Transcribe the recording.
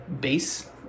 base